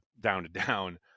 down-to-down